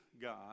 God